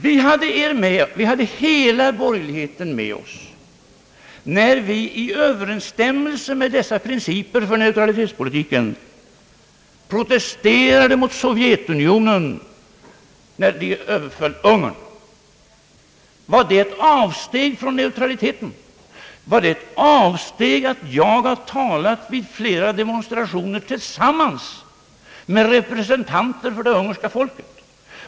Vi hade hela borgerligheten med oss när vi i överensstämmelse med dessa principer för neutralitetspolitiken protesterade mot Sovjetunionen när den överföll Ungern. Var det ett avsteg från neutraliteten? är det ett avsteg från neutraliteten att jag vid flera demonstrationer har talat tillsammans med representanter för det ungerska folket?